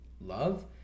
love